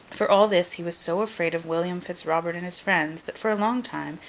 for all this, he was so afraid of william fitz-robert and his friends, that, for a long time,